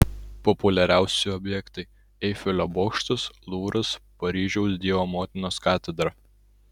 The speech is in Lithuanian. populiariausi objektai eifelio bokštas luvras paryžiaus dievo motinos katedra